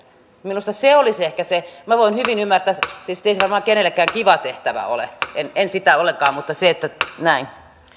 minusta se olisi ehkä se minä voin hyvin ymmärtää siis ei se varmaan kenellekään kiva tehtävä ole en en sitä ollenkaan mutta se että näin